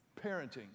parenting